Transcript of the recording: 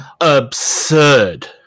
absurd